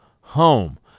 home